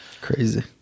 Crazy